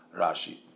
Rashi